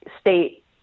state